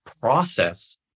process